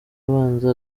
abanza